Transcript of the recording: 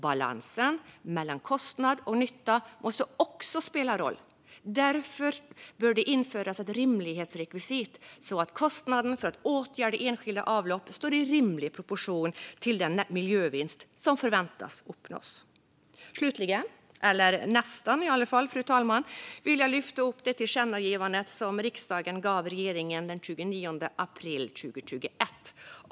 Balansen mellan kostnad och nytta måste också spela roll, därför bör det införas ett rimlighetsrekvisit, så att kostnaden för att åtgärda enskilda avlopp står i rimlig proportion till den miljövinst som förväntas uppnås. Slutligen, eller nästan fru talman, vill jag lyfta fram det tillkännagivande som riksdagen riktade till regeringen den 29 april 2021.